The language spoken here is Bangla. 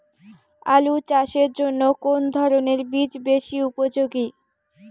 আলু চাষের জন্য কোন ধরণের বীজ বেশি উপযোগী?